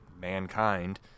mankind